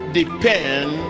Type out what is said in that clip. depend